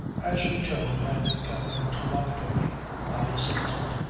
as her tone had become interrogatory i assented.